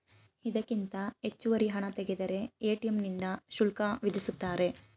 ಇದಕ್ಕಿಂತ ಹೆಚ್ಚುವರಿ ಹಣ ತೆಗೆದರೆ ಎ.ಟಿ.ಎಂ ನಿಂದ ಶುಲ್ಕ ವಿಧಿಸುತ್ತಾರೆ